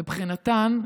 מבחינתן,